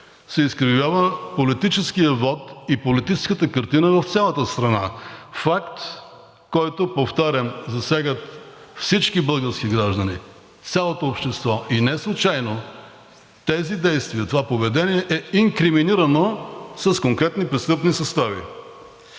се изкривява политическият вот и политическата картина в цялата страна, факт, който, повтарям, засяга всички български граждани – цялото общество, и не случайно тези действия, това поведение е инкриминирано с конкретни престъпни състави.